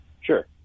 Sure